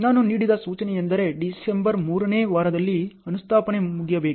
ನಾನು ನೀಡಿದ ಸೂಚನೆಯೆಂದರೆ ಡಿಸೆಂಬರ್ ಮೂರನೇ ವಾರದಲ್ಲಿ ಅನುಸ್ಥಾಪನೆ ಮುಗಿಯಬೇಕು